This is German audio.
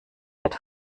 wird